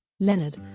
leonard